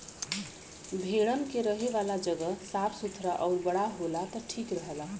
भेड़न के रहे वाला जगह साफ़ सुथरा आउर बड़ा होला त ठीक रहला